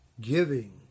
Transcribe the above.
giving